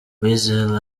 weasel